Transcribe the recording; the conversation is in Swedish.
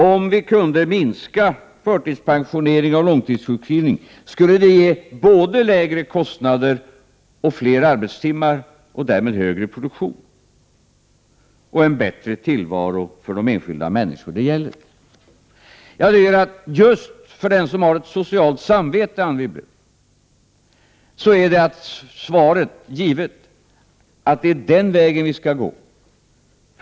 Om vi kunde minska förtidspensionering och långtidssjukskrivning skulle det ge både lägre kostnader och flera arbetstimmar och därmed högre produktion samt en bättre tillvaro för de enskilda människor det gäller. För den som har ett socialt samvete, Anne Wibble, är svaret givet: Det är den vägen vi skall gå.